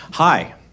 Hi